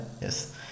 Yes